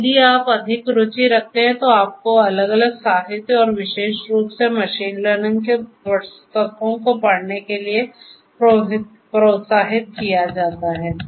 और यदि आप अधिक रुचि रखते हैं तो आपको अलग अलग साहित्य और विशेष रूप से मशीन लर्निंग की पुस्तकों को पढ़ने के लिए प्रोत्साहित किया जाता है